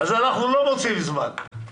אז אנחנו לא מוצאים זמן.